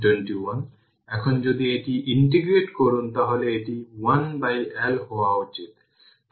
সুতরাং আমাদের iC এখানে যাকে আমরা iR এর পরিবর্তে r i t বলি এটাকে আমি ঠিক করতে পারি